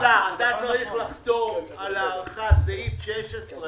אדוני השר, אתה צריך לחתום על הארכה, סעיף 16,